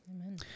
Amen